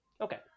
Okay